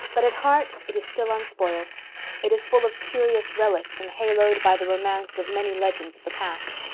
but at heart it is still unspoiled it is full of curious relics, and haloed by the romance of many legends of the past.